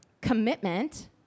commitment